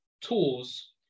tools